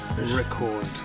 Record